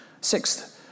Sixth